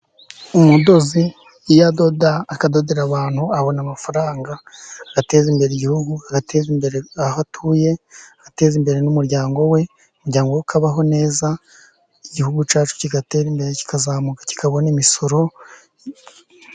Umudozi iyo adoda akadodera abantu abona amafaranga. Ateza imbere igihugu, agateze imbere aho atuye, ateza imbere n'umuryango we. Umuryango ukabaho neza, igihugu cyacu kigatera imbere, kikazamuka kikabona imisoro.